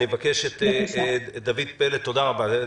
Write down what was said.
תודה רבה.